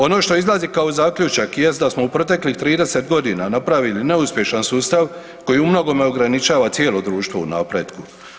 Ono što izlazi kao zaključak jest da smo u proteklih 30.g. napravili neuspješan sustav koji u mnogome ograničava cijelo društvo u napretku.